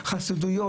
חסידויות,